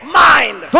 mind